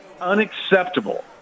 unacceptable